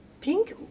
Pink